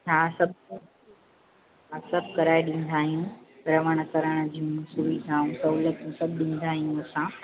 हा सभु हा सभु कराए ॾींदा आहियूं रहण करणु जूं सभु सुविधाऊं सहूलियतूं कराए ॾींदा आहियूं असां